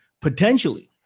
potentially